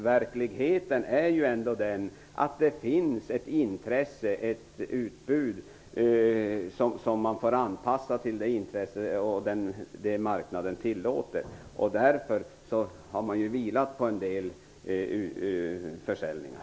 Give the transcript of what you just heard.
Verkligheten är så, att man får anpassa utbudet till det som marknaden tillåter. Därför har vi vilat på en del försäljningar.